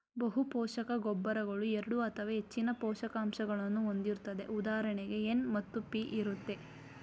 ಬಹುಪೋಷಕ ಗೊಬ್ಬರಗಳು ಎರಡು ಅಥವಾ ಹೆಚ್ಚಿನ ಪೋಷಕಾಂಶಗಳನ್ನು ಹೊಂದಿರುತ್ತದೆ ಉದಾಹರಣೆಗೆ ಎನ್ ಮತ್ತು ಪಿ ಇರುತ್ತೆ